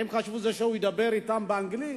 הם חשבו שזה שהוא ידבר אתם באנגלית,